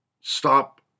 stop